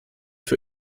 für